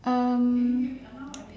um